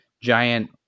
giant